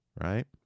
right